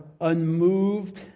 unmoved